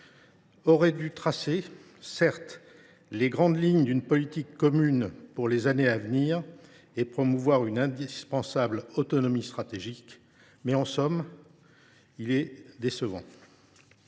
aurait dû tracer les grandes lignes d’une politique commune pour les années à venir et promouvoir une indispensable autonomie stratégique, est au fond décevant.